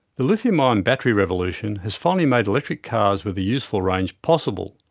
the lithium ion battery revolution has finally made electric cars with a useful range possible,